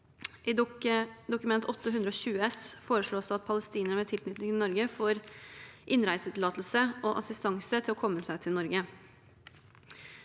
S for 2023– 2024 foreslås det at palestinere med tilknytning til Norge får innreisetillatelse og assistanse til å komme seg til Norge.